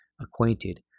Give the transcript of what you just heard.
acquainted